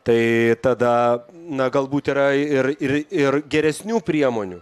tai tada na galbūt yra ir ir ir geresnių priemonių